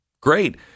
great